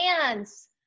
hands